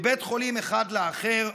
מבית חולים אחד לאחר.